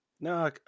No